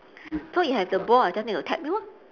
so if you have the ball I just need to tap you lor